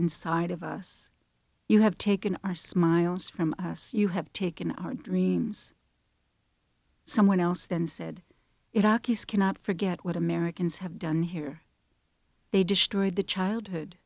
inside of us you have taken our smiles from us you have taken our dreams someone else then said iraqis cannot forget what americans have done here they destroy the childhood